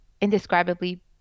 indescribably